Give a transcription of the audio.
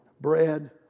Bread